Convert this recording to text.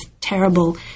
terrible